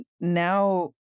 now